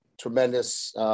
tremendous